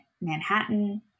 Manhattan